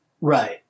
Right